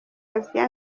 asiya